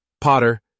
Potter